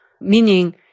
meaning